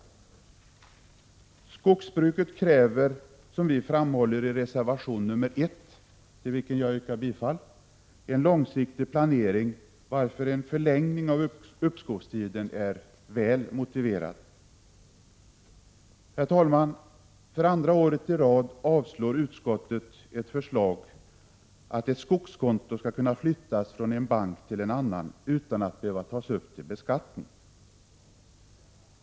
Skogsbruket kräver, som vi framhåller i reservation 1, till vilken jag yrkar bifall, en långsiktig planering, varför en förlängning av uppskovstiden är väl motiverad. Herr talman! För andra året i rad avstyrker utskottet ett förslag att ett skogskonto skall kunna flyttas från en bank till en annan utan att behöva tas upp till beskattning.